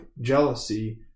jealousy